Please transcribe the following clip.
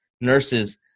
nurses